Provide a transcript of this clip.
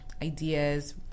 Ideas